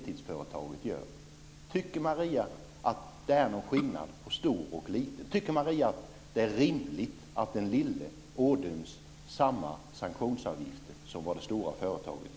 Tycker Maria att det är rimligt att det lilla företaget ådöms samma sanktionsavgift som det stora företaget?